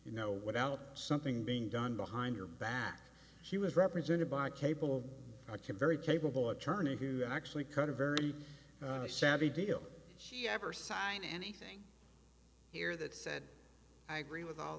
you know without something being done behind your back she was represented by a cable i can very capable attorney who actually cut a very savvy deal he ever signed anything here that said i agree with all